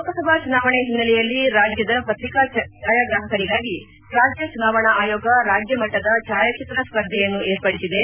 ಲೋಕಸಭಾ ಚುನಾವಣೆ ಹಿನ್ನೆಲೆಯಲ್ಲಿ ರಾಜ್ಯದ ಪ್ರತಿಕಾ ಛಾಯಾಗ್ರಾಪಕರಿಗಾಗಿ ರಾಜ್ಯ ಚುನಾವಣಾ ಆಯೋಗ ರಾಜ್ಞಮಟ್ಟದ ಛಾಯಾಚಿತ್ರ ಸ್ಪರ್ಧೆಯನ್ನು ವಿರ್ಪಡಿಸಿದೆ